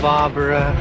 Barbara